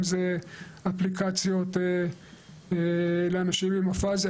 אם זה אפליקציות לאנשים עם אפזיה.